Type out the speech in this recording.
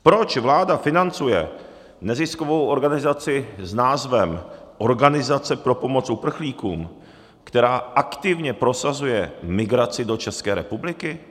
Proč vláda financuje neziskovou organizaci s názvem Organizace pro pomoc uprchlíkům, která aktivně prosazuje migraci do České republiky?